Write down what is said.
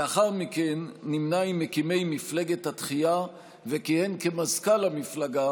לאחר מכן נמנה עם מקימי מפלגת התחיה וכיהן כמזכ"ל המפלגה